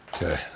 Okay